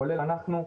כולל אנחנו,